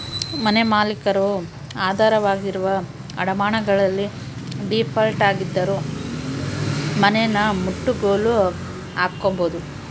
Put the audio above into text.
ಮನೆಮಾಲೀಕರು ಆಧಾರವಾಗಿರುವ ಅಡಮಾನಗಳಲ್ಲಿ ಡೀಫಾಲ್ಟ್ ಆಗಿದ್ದರೂ ಮನೆನಮುಟ್ಟುಗೋಲು ಹಾಕ್ಕೆಂಬೋದು